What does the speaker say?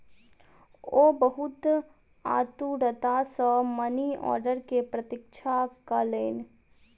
ओ बहुत आतुरता सॅ मनी आर्डर के प्रतीक्षा कयलैन